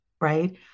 right